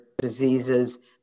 diseases